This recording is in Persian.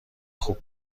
خوب